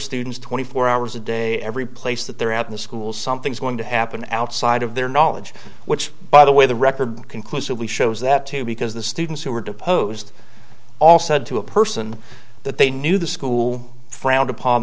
students twenty four hours a day every place that they're out in the schools something's going to happen outside of their knowledge which by the way the record conclusively shows that too because the students who were deposed all said to a person that they knew the school frowned upon